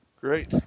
Great